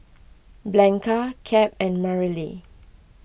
Blanca Cap and Mareli